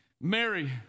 Mary